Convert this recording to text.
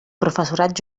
professorat